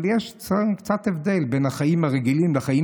אבל יש קצת הבדל בין החיים הרגילים לחיים